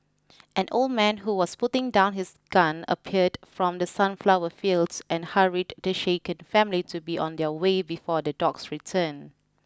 an old man who was putting down his gun appeared from the sunflower fields and hurried the shaken family to be on their way before the dogs return